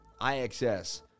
IXS